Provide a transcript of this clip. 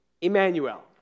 Emmanuel